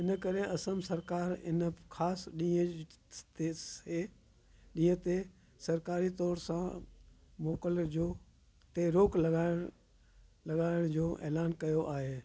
इनकरे असम सरकारु इन ख़ासि ॾींहं ॾींहं ते सरकारी तौर सां मोकल जो ते रोकु लॻाइण लॻाइण जो ऐलानु कयो आहे